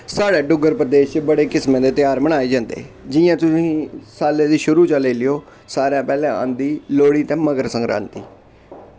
साढ़ै डुग्गर च बड़ै किस्में दे तेहार मनाए जंदे जि'यां तुस साले दे शुरु चा लेई लैओ सारें शा पैैह्लें आंदी लोह्ड़ी ते मगर संकरांती